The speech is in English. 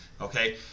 okay